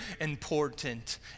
important